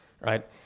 right